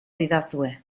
didazue